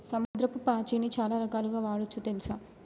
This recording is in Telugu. సముద్రపు పాచిని చాలా రకాలుగ వాడొచ్చు తెల్సా